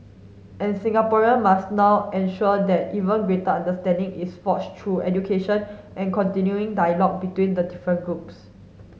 and Singaporean must now ensure that even greater understanding is forge through education and continuing dialogue between the different groups